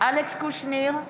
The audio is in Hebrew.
אלכס קושניר,